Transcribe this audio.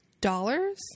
Dollars